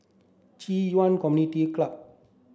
Ci Yuan Community Club